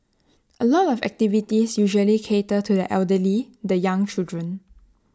A lot of activities usually cater to the elderly the young children